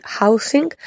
housing